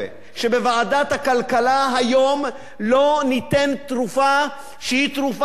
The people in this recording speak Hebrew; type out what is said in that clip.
הכלכלה היום לא ניתן תרופה שהיא תרופה לעוד חודש,